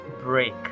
break